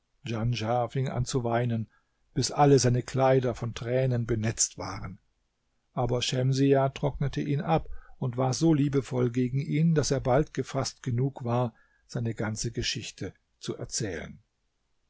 fing an zu weinen bis alle seine kleider von tränen benetzt waren aber schemsiah trocknete ihn ab und war so liebevoll gegen ihn daß er bald gefaßt genug war seine ganze geschichte zu erzählen